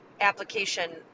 application